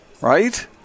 Right